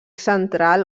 central